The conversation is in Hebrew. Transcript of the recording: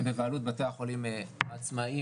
בבעלות בתי החולים העצמאיים,